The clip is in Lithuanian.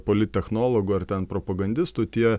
politechnologų ar ten propagandistų tie